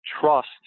trust